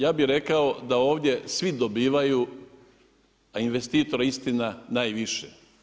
Ja bih rekao da ovdje svi dobivaju, a investitor istina najviše.